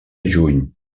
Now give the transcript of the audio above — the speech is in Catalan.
juny